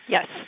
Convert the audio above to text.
Yes